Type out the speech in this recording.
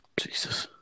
Jesus